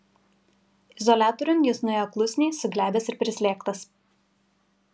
izoliatoriun jis nuėjo klusniai suglebęs ir prislėgtas